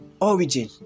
origin